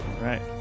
Right